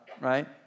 right